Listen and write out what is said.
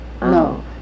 no